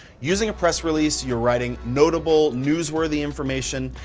using a press release, you're writing notable, news-worthy information,